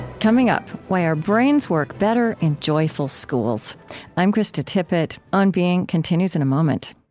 coming up, why our brains work better in joyful schools i'm krista tippett. on being continues in a moment